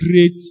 great